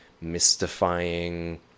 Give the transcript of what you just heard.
mystifying